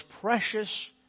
precious